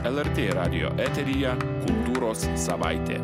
lrt radijo eteryje kultūros savaitė